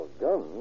guns